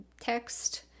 text